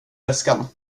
väskan